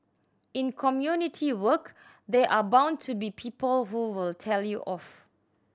in community work there are bound to be people who will tell you off